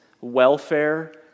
welfare